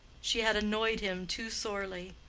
she had annoyed him too sorely.